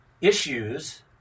issues